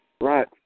Right